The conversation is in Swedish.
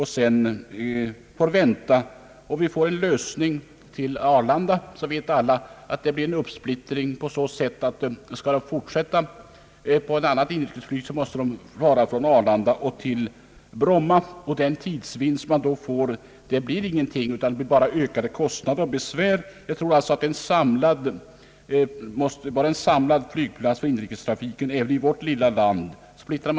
Att förlägga det jetdrivna inrikesflyget till Arlanda innebär en förlängning av restiden. En passagerare som anländer till Arlanda och skall fortsätta på en annan linje inom inrikesflyget måste bege sig till Bromma. Därvid äts tidsvinsten med jetflyget upp, och resultatet blir bara ökad kostnad och besvär. Även vårt lilla land måste ha inrikestrafiken samlad till en flygplats.